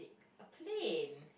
a plane